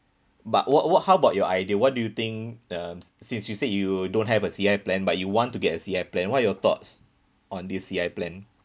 but what what how about your idea what do you think um since you said you don't have a C_I plan but you want to get a C_I plan what are your thoughts on this C_I plan